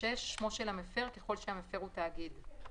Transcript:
שמו של המפר ככל שהמפר הוא תאגיד.